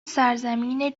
سرزمین